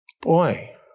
Boy